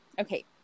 Okay